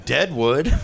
Deadwood